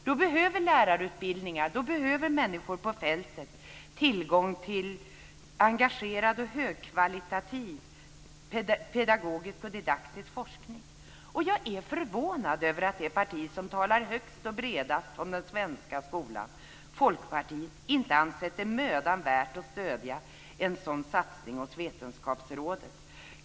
Då behöver lärarutbildningar och människor på fältet tillgång till engagerad och högkvalitativ pedagogisk och didaktisk forskning. Jag är förvånad över att det parti som talar högst och bredast om den svenska skolan, Folkpartiet, inte ansett det mödan värt att stödja en sådan satsning hos Vetenskapsrådet.